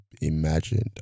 imagined